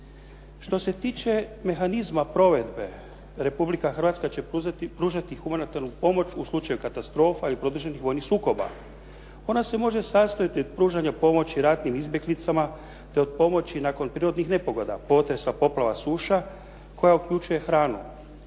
Što se tiče mehanizma provedbe, Republika Hrvatska će pružati humanitarnu pomoć u slučaju katastrofa ili produženih vojnih sukoba. Ona se može sastojati od pružanja pomoći ratnim izbjeglicama te od pomoći nakon prirodnih nepogoda, potresa, poplava suša, koja uključuje hranu.